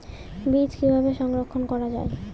বীজ কিভাবে সংরক্ষণ করা যায়?